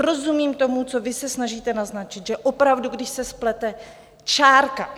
Rozumím tomu, co vy se snažíte naznačit, že opravdu, když se splete čárka...